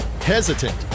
hesitant